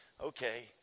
okay